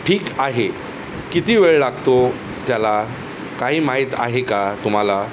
ठीक आहे किती वेळ लागतो त्याला काही माहीत आहे का तुम्हाला